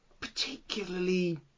particularly